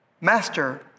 Master